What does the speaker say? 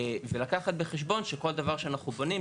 ולקחת בחשבון שכל דבר שאנחנו בונים,